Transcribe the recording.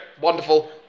wonderful